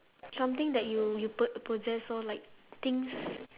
something that you you poss~ possessed lor like things